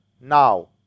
now